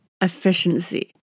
efficiency